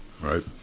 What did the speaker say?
right